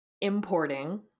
importing